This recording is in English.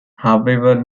however